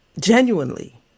genuinely